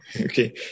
Okay